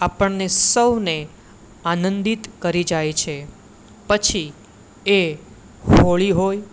આપણને સૌને આનંદિત કરી જાય છે પછી એ હોળી હોય